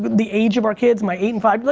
the age of our kids, my eight and five,